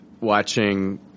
Watching